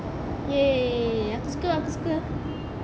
!yay! aku suka aku suka